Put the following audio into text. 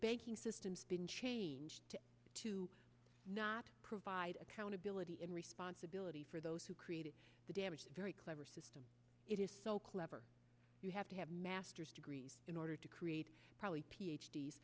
banking system has been changed to not provide accountability and responsibility for those who created the damage very clever system it is so clever you have to have masters degrees in order to create probably p